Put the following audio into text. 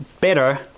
better